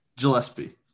Gillespie